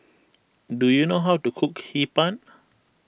do you know how to cook Hee Pan